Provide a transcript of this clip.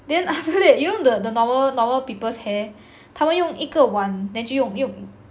then after that you know the the normal normal people's hair 他们用一个碗 then 就用用